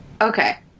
Okay